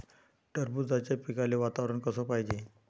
टरबूजाच्या पिकाले वातावरन कस पायजे?